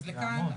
אז לכאן,